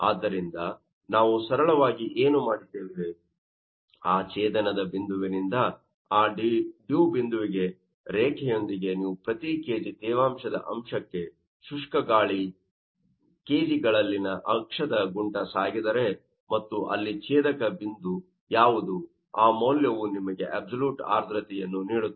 ಆದ್ದರಿಂದ ನಾವು ಸರಳವಾಗಿ ಏನು ಮಾಡಿದ್ದೇವೆ ಆ ಛೇದನದ ಬಿಂದುವಿನಿಂದ ಆ ಡಿವ್ ಬಿಂದು ರೇಖೆಯೊಂದಿಗೆ ನೀವು ಪ್ರತಿ kg ತೇವಾಂಶದ ಅಂಶಕ್ಕೆ ಶುಷ್ಕ ಗಾಳಿ kg ಗಳಲ್ಲಿನ ಅಕ್ಷದ ಗುಂಟ ಸಾಗಿದರೆ ಮತ್ತು ಅಲ್ಲಿ ಛೇದಕ ಬಿಂದು ಯಾವುದು ಆ ಮೌಲ್ಯವು ನಿಮಗೆ ಅಬ್ಸಲ್ಯುಟ್ ಆರ್ದ್ರತೆಯನ್ನು ನೀಡುತ್ತದೆ